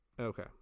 Okay